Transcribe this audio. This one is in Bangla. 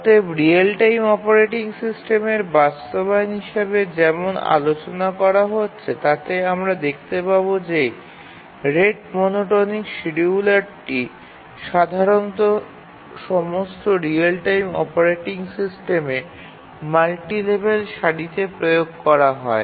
অতএব রিয়েল টাইম অপারেটিং সিস্টেমের বাস্তবায়ন হিসাবে যেমন আলোচনা করা হচ্ছে তাতে আমরা দেখতে পাব যে রেট মনোটোনিক শিডিয়ুলারটি সাধারণত সমস্ত রিয়েল টাইম অপারেটিং সিস্টেমে মাল্টি লেভেল সারিতে প্রয়োগ করা হয়